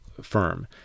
firm